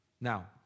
Now